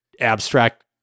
abstract